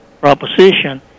proposition